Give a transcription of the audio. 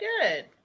good